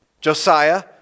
Josiah